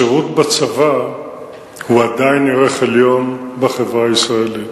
השירות בצבא הוא עדיין ערך עליון בחברה הישראלית.